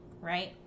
right